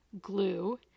glue